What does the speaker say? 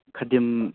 ꯈꯥꯗꯤꯝ